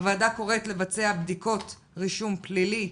הוועדה קוראת לבצע בדיקות קבועות של רישום פלילי